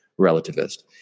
relativist